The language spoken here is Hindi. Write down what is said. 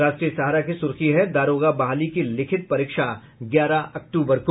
राष्ट्रीय सहारा की सुर्खी है दारोगा बहाली की लिखित परीक्षा ग्यारह अक्टूबर को